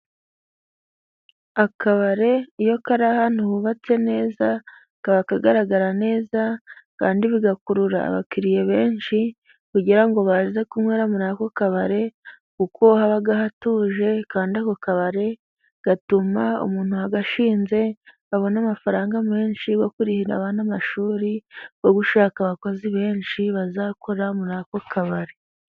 Akabari iyo kari ahantu hubatse neza kaba kagaragara neza, kandi bigakurura abakiriya benshi kugira ngo baze kunywera muri ako kabari, kuko haba hatuje. Kandi ako kabari gatuma umuntu wagashinze abona amafaranga menshi yo kurihira abana amashuri no gushaka abakozi benshi bazakora muri ako kabari.